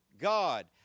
God